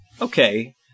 okay